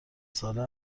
ساله